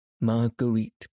Marguerite